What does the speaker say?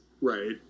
Right